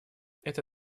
это